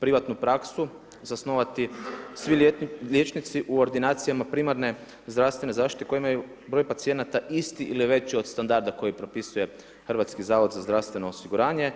privatnu praksu zasnovati svi liječnici u ordinacijama primarne zdravstvene zaštite koje imaju broj pacijenata isti ili veći od standarda koji propisuje HZZO.